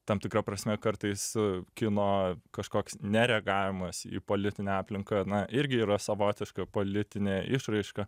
tam tikra prasme kartais kino kažkoks nereagavimas į politinę aplinką na irgi yra savotiška politinė išraiška